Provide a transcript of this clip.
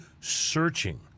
searching